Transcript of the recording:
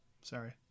Sorry